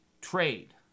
trade